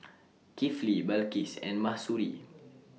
Kifli Balqis and Mahsuri